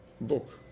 book